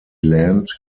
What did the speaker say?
land